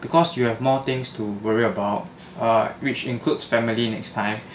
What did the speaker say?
because you have more things to worry about err which includes family next time